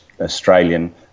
Australian